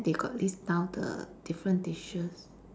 then they got list down the different dishes